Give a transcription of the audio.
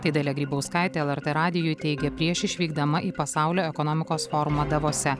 tai dalia grybauskaitė lrt radijui teigė prieš išvykdama į pasaulio ekonomikos forumą davose